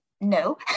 no